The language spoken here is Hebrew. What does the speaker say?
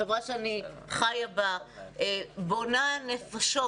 החברה שאני חיה בה, בונה נפשות,